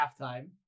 halftime